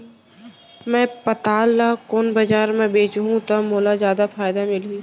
मैं पताल ल कोन बजार म बेचहुँ त मोला जादा फायदा मिलही?